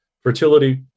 Fertility